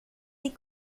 des